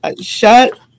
Shut